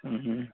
ह्म् ह्म्